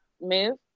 move